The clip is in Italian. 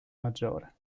maggiore